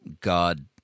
God